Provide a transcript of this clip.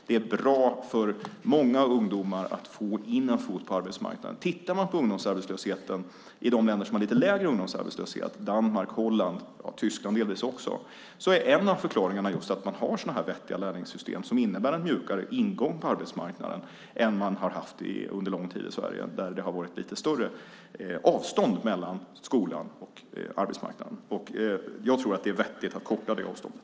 Det är bra för många ungdomar att få in en fot på arbetsmarknaden. En av förklaringarna till att vissa länder - Danmark, Holland, delvis också Tyskland - har en lite lägre ungdomsarbetslöshet är just att man har vettiga lärlingssystem som innebär en mjukare ingång på arbetsmarknaden än man har haft under lång tid i Sverige, där det har varit lite större avstånd mellan skolan och arbetsmarknaden. Jag tror att det är vettigt att korta det avståndet.